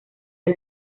del